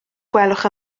gwelwch